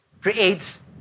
creates